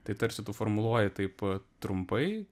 tai tarsi tu formuluoji taip trumpai